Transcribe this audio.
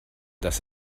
dass